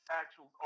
actual